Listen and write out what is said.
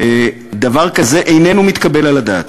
דבר זה איננו מתקבל על הדעת.